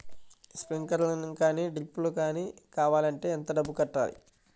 Sprinkler కానీ డ్రిప్లు కాని కావాలి అంటే ఎంత డబ్బులు కట్టాలి?